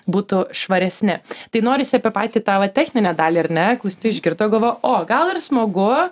būtų švaresni tai norisi apie patį tą va techninę dalį ar ne klausytojai išgirdo galvo o gal ir smagu